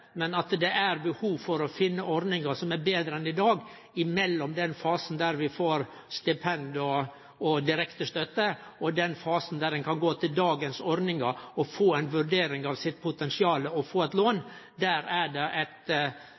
men det er behov for å finne ordningar som er betre enn i dag. Mellom den fasen der ein får stipend og direkte støtte, og den fasen der ein kan gå til dagens ordningar å få ei vurdering av sitt potensial og få eit lån, er det eit